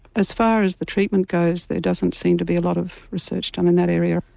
as far as the treatment goes there doesn't seem to be a lot of research done in that area.